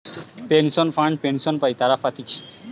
pension fund pension পাই তারা পাতিছে